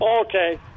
Okay